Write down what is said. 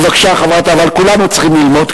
אבל כולנו צריכים ללמוד,